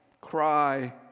cry